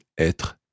être